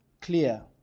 clear